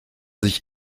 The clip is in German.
sich